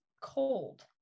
cold